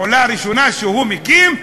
פעולה ראשונה שהוא מקים,